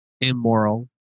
immoral